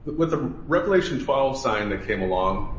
with the revelation foul sign that came along